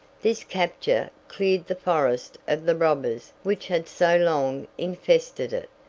this capture cleared the forest of the robbers which had so long infested it,